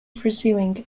pursuing